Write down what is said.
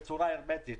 בצורה הרמטית,